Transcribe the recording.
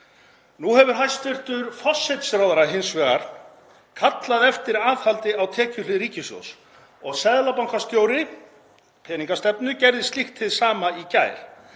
Nú hefur hæstv. forsætisráðherra hins vegar kallað eftir aðhaldi á tekjuhlið ríkissjóðs og seðlabankastjóri, peningastefnunefnd, gerði slíkt hið sama í gær.